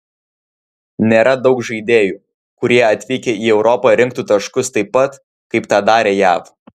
nėra daug žaidėjų kurie atvykę į europą rinktų taškus taip pat kaip tą darė jav